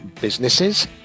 businesses